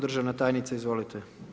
Državna tajnica, izvolite.